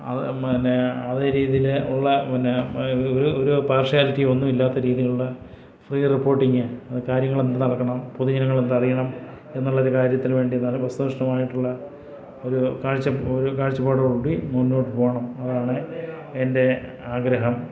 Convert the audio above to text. അത് പിന്നെ അതെ രീതിയിൽ ഉള്ള പിന്നെ ഒരു ഒരു പാർഷ്യാലിറ്റി ഒന്നും ഇല്ലാത്ത രീതിയിലുള്ള ഫ്രീ റിപ്പോർട്ടിങ്ങ് കാര്യങ്ങളെന്തു നടക്കണം പൊതുജനങ്ങളെന്തറിയണം എന്നുള്ളൊരു കാര്യത്തിനു വേണ്ടി വസ്തുനിഷ്ഠമായിട്ടുള്ള ഒരു കാഴ്ച ഒരു കാഴ്ചപ്പാടോടു കൂടി മുന്നോട്ടു പോകണം അതാണ് എൻ്റെ ആഗ്രഹം